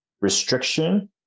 restriction